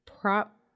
prop